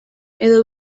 edo